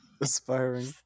Aspiring